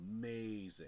amazing